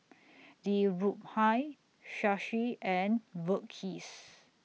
Dhirubhai Shashi and Verghese